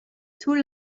too